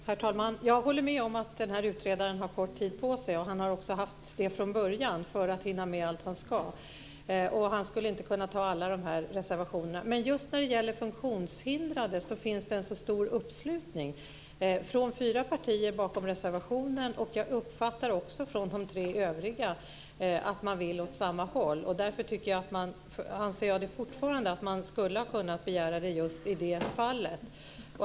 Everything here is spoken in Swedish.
Herr talman! Jag håller med om att den här utredaren har kort tid på sig att hinna med allt han ska. Det har han också haft från början. Han skulle inte kunna behandla allt som står i de här reservationerna. Men just när det gäller de funktionshindrade finns det en stor uppslutning. Det är fyra partier som står bakom reservationen, och jag uppfattar att även de tre övriga partierna vill åt samma håll. Därför anser jag fortfarande att man skulle ha kunnat begära det just i det fallet.